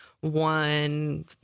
one